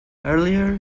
earlier